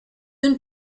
une